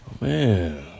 Man